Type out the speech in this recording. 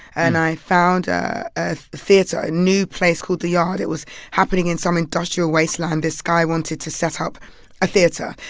and i found ah a theater, a new place called the yard. it was happening in some industrial wasteland. this guy wanted to set ah up a theater.